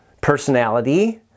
personality